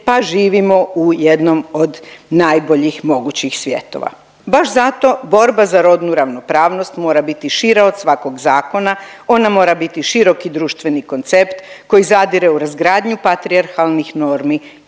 pa živimo u jednom od najboljih mogućih svjetova, baš zato borba za rodnu ravnopravnost mora biti šira od svakog zakona, ona mora biti široki društveni koncept koji zadire u razgradnju patrijarhalnih normi